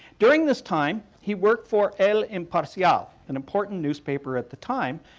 during this time, he worked for el imparcial, an important newspaper at the time.